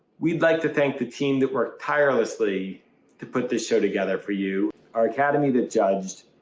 we would like to thank the team that worked tirelessly to put the show together for you. our academy that judged,